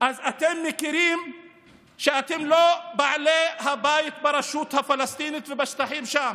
אז אתם מכירים שאתם לא בעלי הבית ברשות הפלסטינית ובשטחים שם.